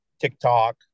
TikTok